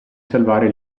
salvare